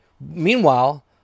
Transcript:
Meanwhile